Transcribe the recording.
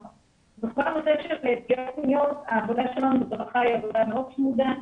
בכל הנושא של פגיעות מיניות העבודה שלנו היא עבודה מאוד צמודה.